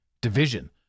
Division